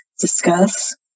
discuss